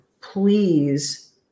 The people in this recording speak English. please